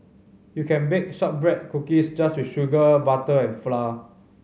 you can bake shortbread cookies just with sugar butter and flour